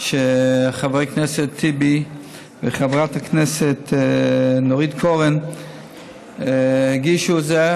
וחבר הכנסת טיבי וחברת הכנסת נורית קורן הגישו את זה.